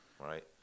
Right